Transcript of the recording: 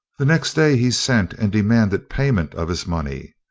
the next day he sent and demanded payment of his money.